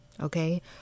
okay